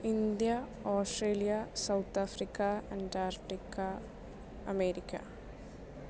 India Australia South Africa Antarctica America